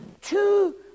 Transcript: two